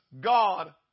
God